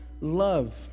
love